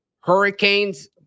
Hurricanes